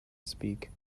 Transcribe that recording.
speak